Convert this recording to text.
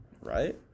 Right